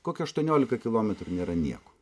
kokia aštuoniolika kilometrų nėra nieko